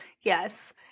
yes